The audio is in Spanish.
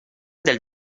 del